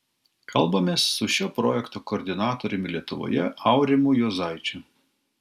kalbamės su šio projekto koordinatoriumi lietuvoje aurimu juozaičiu